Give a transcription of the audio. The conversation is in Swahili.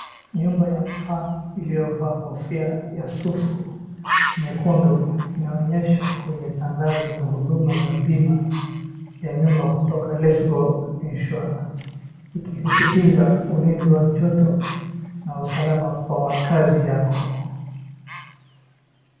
Nyumba ya mfano iliyovaa kofia ya sufu nyekundu. Inaonyesha kwenye tangazo la huduma za bima ya nyumba kutoka LetsGo Insurance. Ikisisitiza ulinzi wa joto na usalama kwa makazi yako.